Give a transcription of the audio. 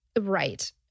Right